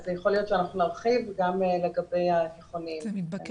אני אשמח לדעת